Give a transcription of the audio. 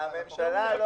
אני לא